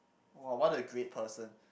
!wah! what a great person